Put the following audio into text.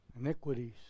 iniquities